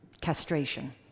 castration